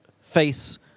face